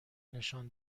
نشان